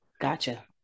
Gotcha